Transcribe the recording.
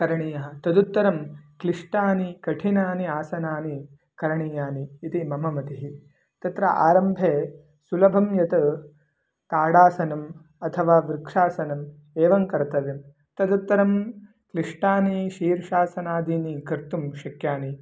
करणीयः तदुत्तरं क्लिष्टानि कठिनानि आसनानि करणीयानि इति मम मतिः तत्र आरम्भे सुलभं यत् ताडासनम् अथवा वृक्षासनम् एवं कर्तव्यं तदुत्तरं क्लिष्टानि शीर्षासनादीनि कर्तुं शक्यानि